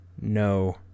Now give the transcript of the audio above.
No